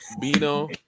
Bino